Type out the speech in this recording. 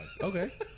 Okay